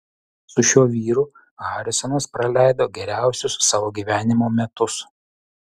su šiuo vyru harisonas praleido geriausius savo gyvenimo metus